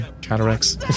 Cataracts